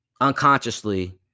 unconsciously